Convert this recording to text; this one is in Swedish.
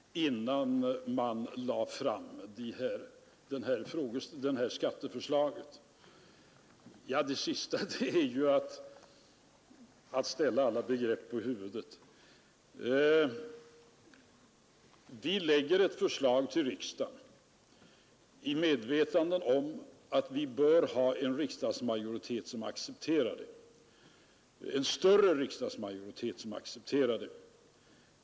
Ja, det sistnämnda är ju att ställa alla begrepp på huvudet. Vi lägger fram ett förslag till riksdagen i medvetande om att vi bör ha en någorlunda stor riksdagsmajoritet som accepterar det.